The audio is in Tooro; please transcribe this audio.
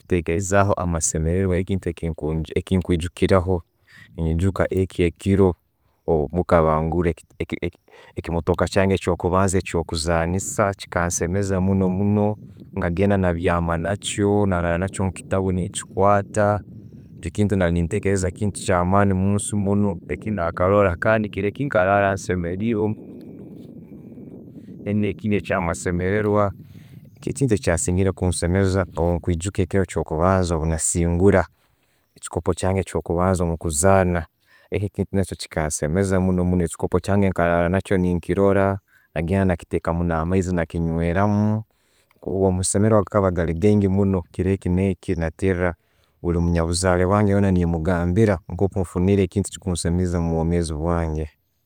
Obwentekereza amasemererwa, ekintu kyekwijukiraho, nenjuka ekyo ekiro, niiko bangurire ekimotoka kyange ekyokubanza ekyo'kuzanisa chikansemeza muno muno. Nkagenda nabyama nakyo, mukitabu nenchikwata, ekintu nari nentekereza ekintu kyamaani munsi muno ekya nakarora kandi kiro ekyo nkarara nsemereirwe. Then ekindi ekyamasemererwa, ekintu ekyakizire kunsemeza, o'bwenkwijuka ekiro ekyo kubanza bwenasimbura, echikopo kyange kyokubanza mukuzana, ekyo ekintu chikansemeza muno. Ekyo ekikopo kyange nkarara nakyo nenkirora, nagenda nakitekamu namaizi nakinweramu. Asasemererwa gakaba gaingi muno kiro ekyo, naterera buli munyabuzale wange nemugambira nkoku funire ekintu ekikusemeza mubwomezi bwange.